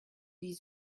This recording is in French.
dix